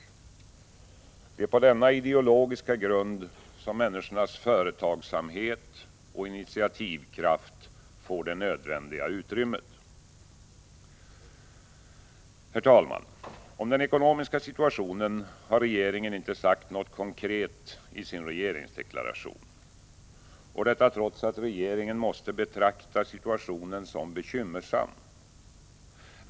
Det är på denna ideologiska grund som människornas företagsamhet och initiativkraft får det nödvändiga utrymmet. Herr talman! Om den ekonomiska situationen har regeringen inte sagt något konkret i sin regeringsdeklaration. Och detta trots att regeringen måste betrakta situationen som bekymmersam.